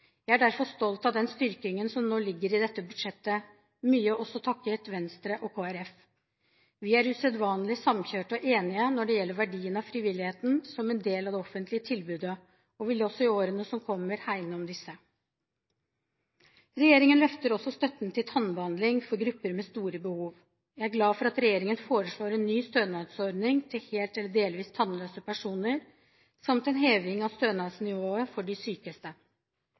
Jeg er derfor stolt av den styrkingen som nå ligger i dette budsjettet, mye også takket være Venstre og Kristelig Folkeparti. Vi er usedvanlig samkjørte og enige når det gjelder verdien av frivilligheten som en del av det offentlige tilbudet, og vil også i årene som kommer, hegne om disse. Regjeringen løfter også støtten til tannbehandling for grupper med store behov. Jeg er glad for at regjeringen foreslår en ny stønadsordning til helt eller delvis tannløse personer, samt en heving av stønadsnivået for de sykeste.